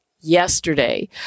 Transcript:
yesterday